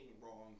wrong